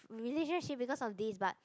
relationship because of this but